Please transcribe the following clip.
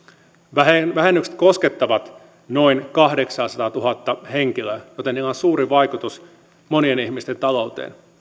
vähennykset koskettavat noin kahdeksaasataatuhatta henkilöä joten niillä on suuri vaikutus monien ihmisten talouteen